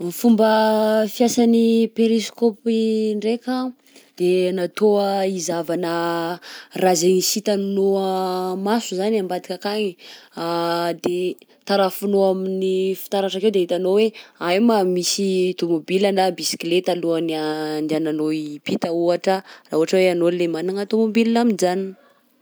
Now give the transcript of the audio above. Ny fomba fiasan'ny périscopy ndraika de natao a hizahavana raha zainy sy hitanao maso zany ambadika akagny. _x000D_ De tarafinao amin'ny fitaratra akeo de hitanao hoe ay ma! misy tômôbila na bisikileta alohan'ny andehananao hiampita ohatra raha ohatra hoe ianao lay manana tômôbila mijanona.